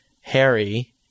Harry